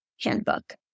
handbook